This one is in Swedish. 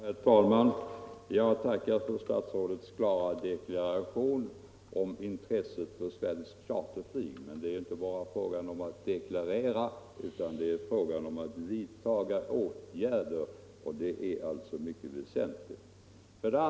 Herr talman! Jag tackar för statsrådets klara deklaration om intresset för svenskt charterflyg, men det är inte bara fråga om att deklarera utan man måste också vidtaga åtgärder. Det är alltså mycket väsentligt.